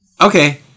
Okay